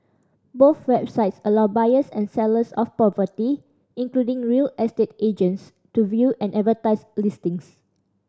both websites allow buyers and sellers of property including real estate agents to view and advertise listings